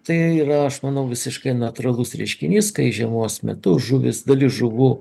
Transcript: tai yra aš manau visiškai natūralus reiškinys kai žiemos metu žuvys dalis žuvų